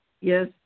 Yes